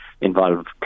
involve